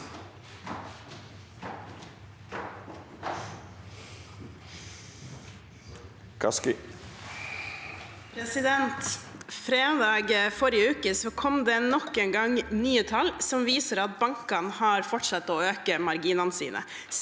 Fredag i forri- ge uke kom det nok en gang nye tall som viser at bankene har fortsatt å øke marginene sine,